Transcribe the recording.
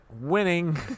winning